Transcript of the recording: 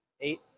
Eight